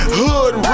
hood